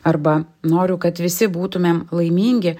arba noriu kad visi būtumėm laimingi